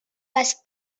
les